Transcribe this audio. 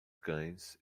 cães